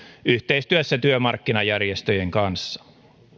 yhteistyössä työmarkkinajärjestöjen kanssa